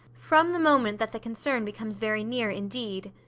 from the moment that the concern becomes very near indeed.